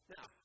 Now